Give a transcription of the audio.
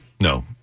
No